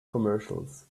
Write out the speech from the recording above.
commercials